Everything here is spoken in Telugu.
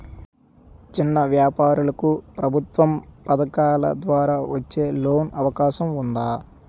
చిన్న వ్యాపారాలకు ప్రభుత్వం పథకాల ద్వారా వచ్చే లోన్ అవకాశం ఉందా?